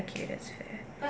okay that's right